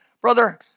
brother